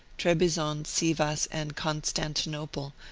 trebizond, sivas, and constantinople,